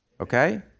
okay